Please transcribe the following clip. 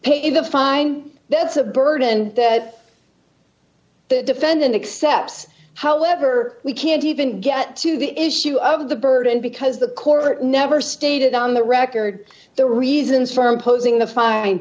pay the fine that's a burden that the defendant accept however we can't even get to the issue of the burden because the court never stated on the record the reasons for opposing the fi